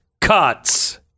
cuts